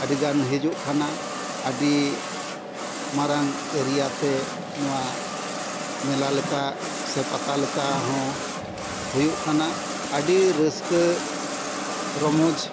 ᱟᱹᱰᱤ ᱜᱟᱱ ᱦᱤᱡᱩᱜ ᱠᱟᱱᱟ ᱟᱹᱰᱤ ᱢᱟᱨᱟᱝ ᱮᱨᱤᱭᱟ ᱛᱮ ᱱᱚᱣᱟ ᱢᱮᱞᱟ ᱞᱮᱠᱟ ᱥᱮ ᱯᱟᱛᱟ ᱞᱮᱠᱟ ᱦᱚᱸ ᱦᱩᱭᱩᱜ ᱠᱟᱱᱟ ᱟᱹᱰᱤ ᱨᱟᱹᱥᱠᱟᱹ ᱨᱚᱢᱚᱡᱽ